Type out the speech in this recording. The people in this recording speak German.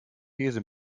käse